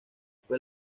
fue